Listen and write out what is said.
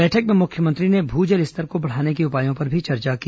बैठक में मुख्यमंत्री ने भू जल स्तर को बढ़ाने के उपायों पर भी चर्चा की